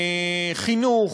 חינוך,